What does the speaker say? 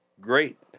great